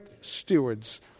stewards